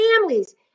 families